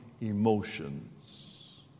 emotions